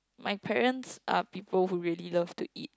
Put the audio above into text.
my parents are people who really love to eat